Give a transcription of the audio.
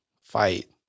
fight